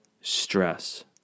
stress